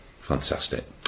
Fantastic